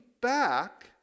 back